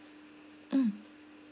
mm